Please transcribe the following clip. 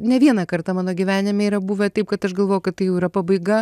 ne vieną kartą mano gyvenime yra buvę taip kad aš galvojau kad tai jau yra pabaiga